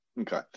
Okay